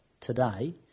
today